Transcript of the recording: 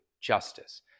justice